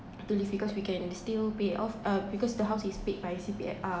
to live because we can still pay off uh because the house is paid by C_P_F uh